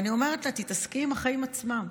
אני אומרת לה: תתעסקי עם החיים עצמם,